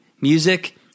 music